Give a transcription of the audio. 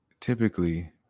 typically